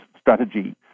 strategy